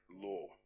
law